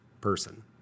person